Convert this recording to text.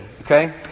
okay